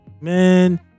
man